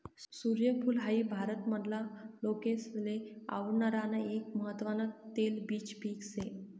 सूर्यफूल हाई भारत मधला लोकेसले आवडणार आन एक महत्वान तेलबिज पिक से